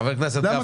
חבר הכנסת גפני.